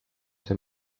see